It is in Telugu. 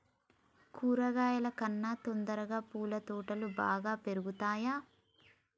కూరగాయల కన్నా తొందరగా పూల తోటలు బాగా పెరుగుతయా?